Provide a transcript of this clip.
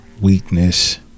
weakness